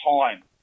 Time